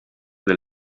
del